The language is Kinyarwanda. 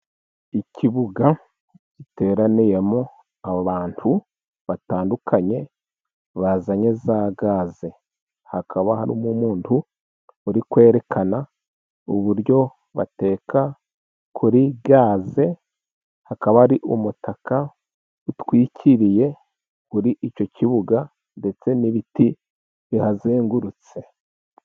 Ikibuga giteraniyemo abantu batandukanye bazanye za gaze. Hakaba harimo umuntu uri kwerekana uburyo bateka kuri gaze, hakaba hari umutaka utwikiriye kuri icyo kibuga, ndetse n'ibiti bihazengurutse.